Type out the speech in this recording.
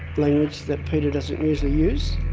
language that peter doesn't usually use.